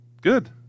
good